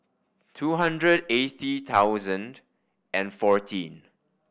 two hundred eighty thousand and fourteen